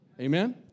Amen